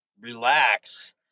relax